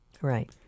Right